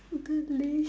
I don't believe